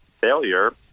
failure